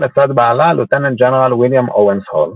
לצד בעלה לוטננט גנרל ויליאם אוונס הול.